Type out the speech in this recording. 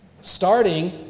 Starting